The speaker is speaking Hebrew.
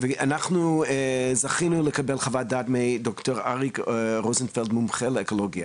ואנחנו זכינו לקבל חוות דעת מד"ר אריק רוזנפלד שהוא מומחה לאקולוגיה